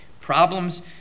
problems